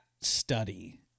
study